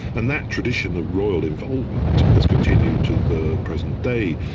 and that tradition of royal involvement has continued to the present day.